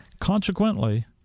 Consequently